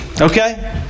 Okay